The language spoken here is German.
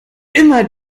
immer